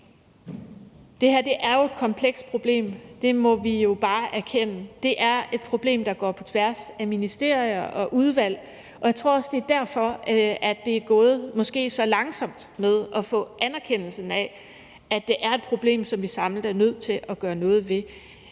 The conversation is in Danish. Det her er jo et komplekst problem. Det må vi jo bare erkende. Det er et problem, der går på tværs af ministerier og udvalg, og jeg tror også, det er derfor, at det måske er gået så langsomt med at få anerkendelsen af, at det er et problem, som vi samlet er nødt til at gøre noget ved.